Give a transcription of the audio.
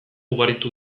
ugaritu